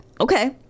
Okay